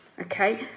okay